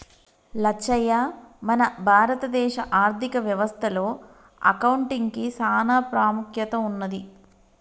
లచ్చయ్య మన భారత దేశ ఆర్థిక వ్యవస్థ లో అకౌంటిగ్కి సాన పాముఖ్యత ఉన్నది